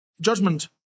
Judgment